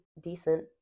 decent